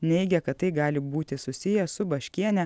neigė kad tai gali būti susiję su baškiene